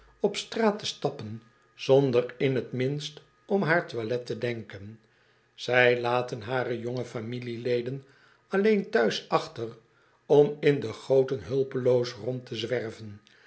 op straat te stappen zonder in t minst om haar toilet te denken zij laten hare jonge familieleden alleen thuis achter om in de goten hulpeloos rond te zwerven